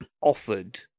offered